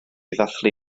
ddathlu